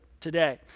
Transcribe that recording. today